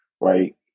right